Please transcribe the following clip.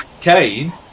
Kane